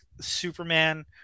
Superman